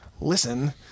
listen